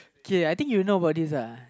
K I think you know about this uh